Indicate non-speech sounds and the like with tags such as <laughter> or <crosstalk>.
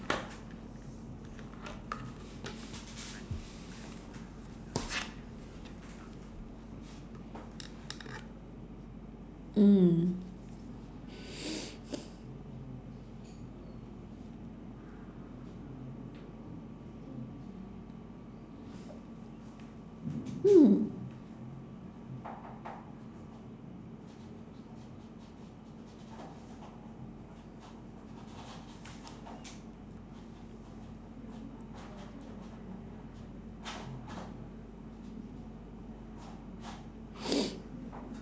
mm hmm <noise>